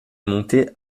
monter